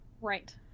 Right